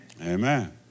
Amen